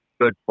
good